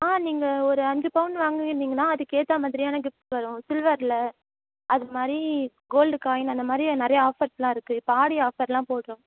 ஆ நீங்கள் ஒரு அஞ்சு பவுன் வாங்குவீனிங்கனால் அதுக்கேற்ற மாதிரியான கிஃப்ட்ஸ் வரும் சில்வரில் அதுமாதிரி கோல்டு காய்ன் அந்தமாதிரி நிறையா ஆஃபர்ஸெல்லாம் இருக்குது இப்போ ஆடி ஆஃபரெல்லாம் போடுறோம்